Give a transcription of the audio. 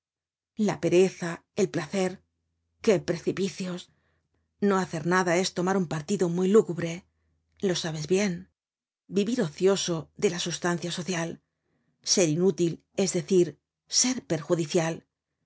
la pereza el placer qué precipicios no hacer nada es tomar un partido muy lúgubre lo sabes bien vivir ocioso de la sustancia social ser inútil es decir ser perjudicial